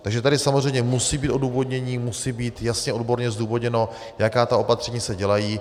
Takže tady samozřejmě musí být odůvodnění, musí být jasně odborně zdůvodněno, jaká ta opatření se dělají.